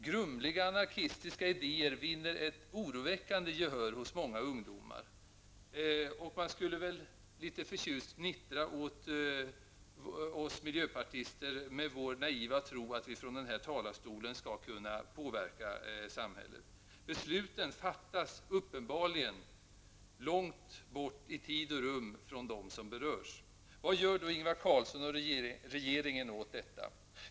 Grumliga anarkistiska idéer vinner ett oroväckande gehör hos många ungdomar. Och de skulle väl litet förtjust fnittra åt oss miljöpartister med vår naiva tro att vi från denna talarstol skall kunna påverka samhället. Men besluten fattas uppenbarligen långt bort i tid och rum från dem som berörs. Vad gör då Ingvar Carlsson och regeringen åt detta?